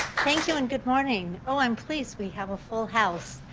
thank you and good morning, oh i'm please we have a full house.